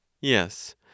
Yes